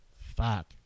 Fuck